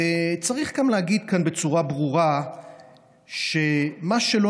וצריך גם להגיד כאן בצורה ברורה שמה שלא